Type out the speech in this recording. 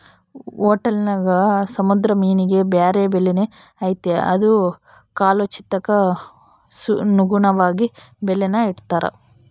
ಹೊಟೇಲ್ಗುಳಾಗ ಸಮುದ್ರ ಮೀನಿಗೆ ಬ್ಯಾರೆ ಬೆಲೆನೇ ಐತೆ ಅದು ಕಾಲೋಚಿತಕ್ಕನುಗುಣವಾಗಿ ಬೆಲೇನ ಇಡ್ತಾರ